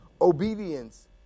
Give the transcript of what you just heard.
Obedience